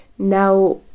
Now